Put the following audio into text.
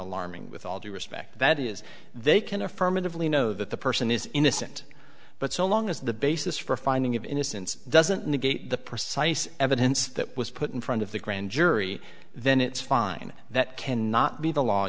alarming with all due respect that is they can affirmatively know that the person is innocent but so long as the basis for a finding of innocence doesn't negate the precise evidence that was put in front of the grand jury then it's fine that can not be the law